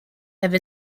have